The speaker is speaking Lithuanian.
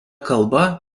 kalba